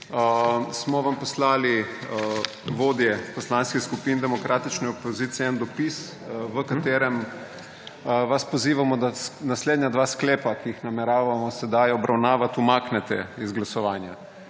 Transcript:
smo vam poslali vodje poslanskih skupin demokratične opozicije en dopis, v katerem vas pozivamo, da naslednja dva sklepa, ki ju nameravamo sedaj obravnavati, umaknete z glasovanja.